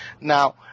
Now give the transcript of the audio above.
Now